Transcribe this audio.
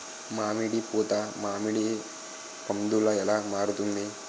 మామిడి పూత మామిడి పందుల ఎలా మారుతుంది?